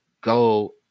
go